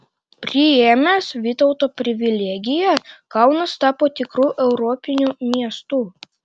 priėmęs vytauto privilegiją kaunas tapo tikru europiniu miestu